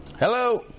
Hello